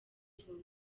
vuba